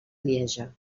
lieja